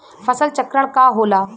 फसल चक्रण का होला?